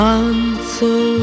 answer